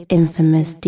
infamous